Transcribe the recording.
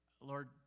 Lord